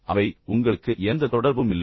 பின்னர் அவை உங்களுக்கு எந்த தொடர்பும் இல்லை